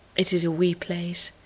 it is a wee place.